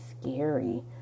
scary